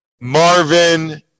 Marvin